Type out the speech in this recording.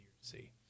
see